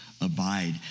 abide